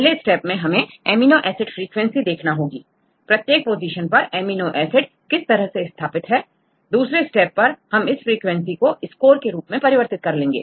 पहले स्टेप में हमें एमिनो एसिड फ्रीक्वेंसी देखना होंगी प्रत्येक पोजीशन पर एमिनो एसिड किस तरह से स्थापित हैं दूसरे स्टेप पर हम इस फ्रीक्वेंसी को स्कोर के रूप में परिवर्तित कर लेंगे